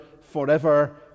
forever